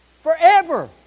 Forever